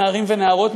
נערים ונערות,